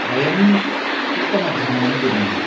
वयम् उत्तमध्यानं कुर्मः